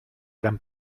gran